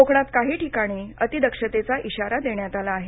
कोकणात काही ठिकाणी अति दक्षतेचा इशारा देण्यात आला आहे